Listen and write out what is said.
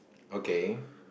okay